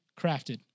crafted